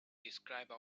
describe